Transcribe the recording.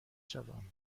شوم